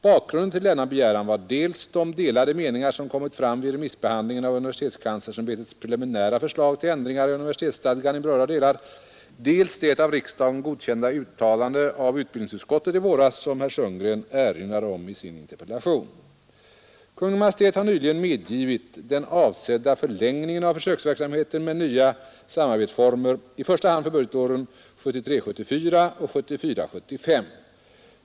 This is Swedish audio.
Bakgrunden till denna begäran var dels de delade meningar som kommit fram vid remissbehandlingen av universitetskanslersämbetets preliminära förslag till ändringar i universitetsstadgan i berörda delar, dels det av riksdagen godkända uttalande av utbildningsutskottet i våras som herr Sundgren erinrar om i sin interpellation. Kungl. Maj:t har nyligen medgivit den avsedda förlängningen av försöksverksamheten med nya samarbetsformer, i första hand för budgetåren 1973 75.